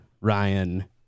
Ryan